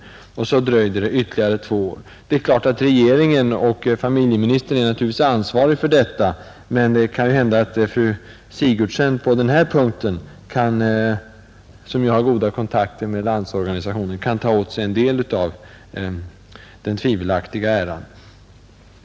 Och så dröjde det ytterligare två år. Regeringen och familjeministern är naturligtvis ansvariga för detta, men det kan hända att fru Sigurdsen, som ju har goda kontakter med Landsorganisationen, på den här punkten kan ta åt sig en del av den tvivelaktiga äran.